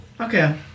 okay